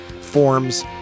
forms